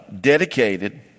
dedicated